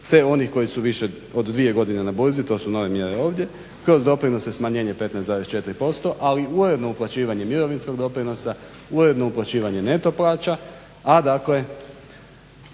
te oni koji su više od dvije godine na burzi. To su nove mjere ovdje. Kroz doprinose smanjenje 15,4%, ali uredno uplaćivanje mirovinskog doprinosa, uredno uplaćivanje neto plaća, a dakle